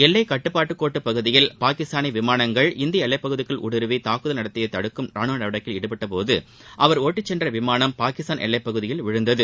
எல்லைக்கட்டுப்பாட்டு பகுதியில் பாகிஸ்தானிய விமானங்கள் இந்திய எல்லைப்பகுதிக்குள் ஊடுருவி தாக்குதல் நடத்துவதை தடுக்கும் ராணுவ நடவடிக்கையில் ஈடுபட்டிருந்தபோது அவர் ஒட்டிச் சென்ற விமானம் பாகிஸ்தான் எல்லைப்பகுதியில் விழுந்தது